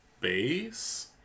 base